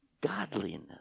godliness